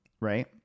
right